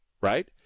right